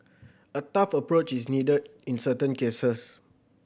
a tough approach is needed in certain cases